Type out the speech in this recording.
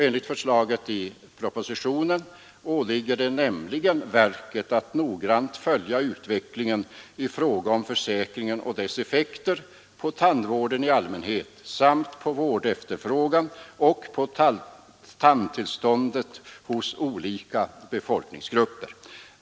Enligt förslaget i propositionen åligger det nämligen verket att noggrant följa utvecklingen i fråga om försäkringen och dess effekter på tandvården i allmänhet samt på vårdefterfrågan och på tandtillståndet hos olika befolkningsgrupper.